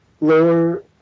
Lower